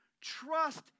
trust